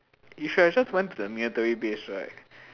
you should have just went to the military base right